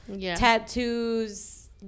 tattoos